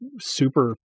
super